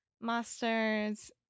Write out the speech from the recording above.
masters